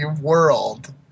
world